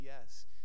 yes